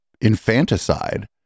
infanticide